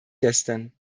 gestern